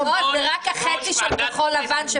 --- זה רק החצי שפעם היו בכחול-לבן.